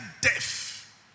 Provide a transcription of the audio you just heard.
death